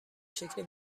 شکل